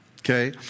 okay